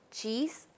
cheese